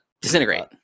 disintegrate